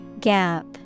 Gap